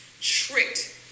tricked